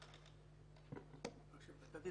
עכשיו יש לנו הצעת חוק אחת.